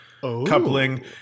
coupling